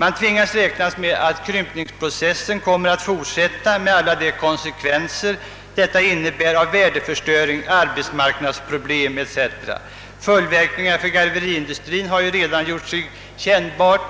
Man måste räkna med att krympningsprocessen kommer att fortsätta med alla de konsekvenser detta innebär i form av värdeförstöring, arbetsmarknadsproblem etc. Följdverkningar för garveriindustrin har re dan gjort sig kännbara;